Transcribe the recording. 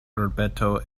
urbeto